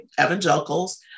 evangelicals